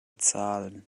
zahlen